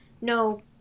no